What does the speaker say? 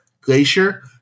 Glacier